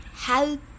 Help